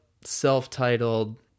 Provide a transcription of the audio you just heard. self-titled